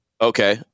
Okay